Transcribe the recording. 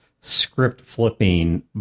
script-flipping